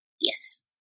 Yes